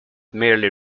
merely